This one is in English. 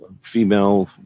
Female